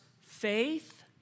Faith